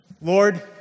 Lord